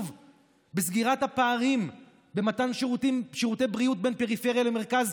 בסגירת הפערים במתן שירותי בריאות בין פריפריה למרכז.